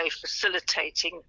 facilitating